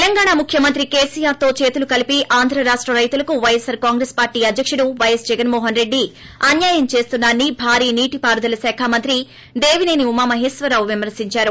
తెలంగాణ ముఖ్యమంత్రి కేసీఆర్ తో చేతులు కలిపి ఆంధ్ర రాష్ట రైతులకు వైఎస్సార్ కాంగ్రెస్ పార్లీ అధ్యకుడు పైఎస్ జగన్మోహన్ రెడ్డి అన్యాయం చేస్తున్నారని రాష్ట ్ భారీ నీటిపారుదల శాఖ మంత్రి దేవిసేని ఉమామహేశ్వరరావు విమర్పిందారు